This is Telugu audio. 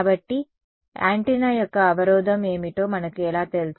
కాబట్టి యాంటెన్నా యొక్క అవరోధం ఏమిటో మనకు ఎలా తెలుసు